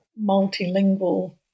multilingual